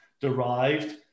derived